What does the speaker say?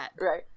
Right